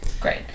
Great